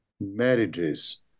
marriages